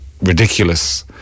ridiculous